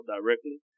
directly